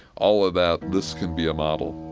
all of that, this can be a model